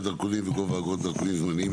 דרכונים וגובה האגרות לדרכונים זמניים,